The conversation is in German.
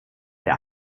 der